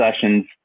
sessions